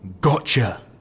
Gotcha